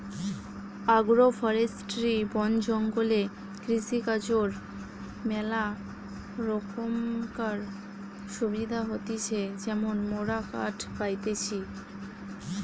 agro forestry বন জঙ্গলে কৃষিকাজর ম্যালা রোকমকার সুবিধা হতিছে যেমন মোরা কাঠ পাইতেছি